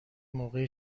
موقع